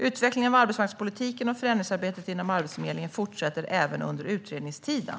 Utvecklingen av arbetsmarknadspolitiken och förändringsarbetet inom Arbetsförmedlingen fortsätter även under utredningstiden.